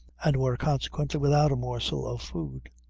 and were consequently without a morsel of food.